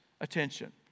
attention